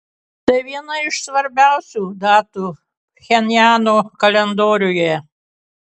tai viena iš svarbiausių datų pchenjano kalendoriuje